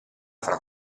fra